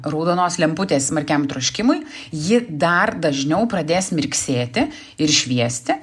raudonos lemputės smarkiam troškimui ji dar dažniau pradės mirksėti ir šviesti